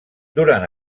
durant